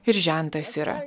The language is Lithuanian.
ir žentas yra